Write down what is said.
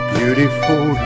beautiful